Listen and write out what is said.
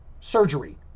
Surgery